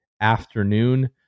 afternoon